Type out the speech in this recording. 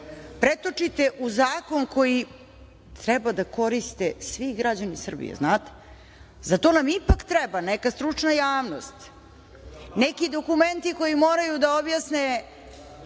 pretočite u zakon koji treba da koriste svi građani Srbije. Za to nam ipak treba neka stručna javnost, neki dokumenti koji moraju da objasne